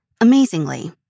Amazingly